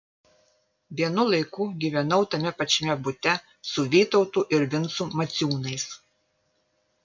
vienu laiku gyvenau tame pačiame bute su vytautu ir vincu maciūnais